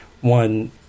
one